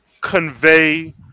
convey